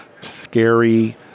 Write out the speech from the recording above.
Scary